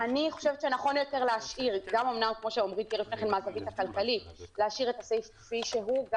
לכן אני חושבת שנכון יותר להשאיר את הסעיף כפי שהוא.